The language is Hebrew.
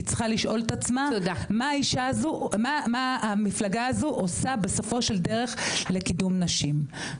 היא צריכה לשאול את עצמה מה המפלגה הזו עושה בסופו של דרך לקידום נשים.